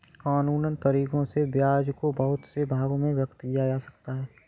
कानूनन तरीकों से ब्याज को बहुत से भागों में विभक्त किया जा सकता है